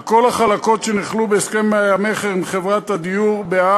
על כל החלקות שנכללו בהסכם המכר עם חברת "דיור ב.פ.